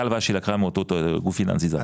הלוואה שהיא לקחה מאותו גוף פיננסי זר.